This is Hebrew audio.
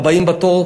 והבאים בתור,